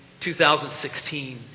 2016